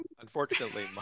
unfortunately